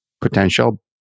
potential